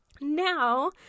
Now